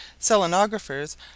Selenographers